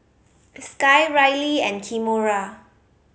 Sky Rylie and Kimora